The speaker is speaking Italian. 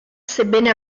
sebbene